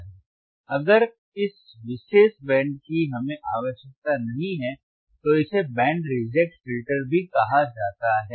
अगर इस विशेष बैंड की हमें आवश्यकता नहीं है तो इसे बैंड रिजेक्ट फिल्टर्स भी कहा जाता है